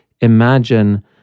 imagine